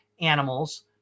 animals